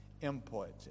input